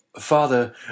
Father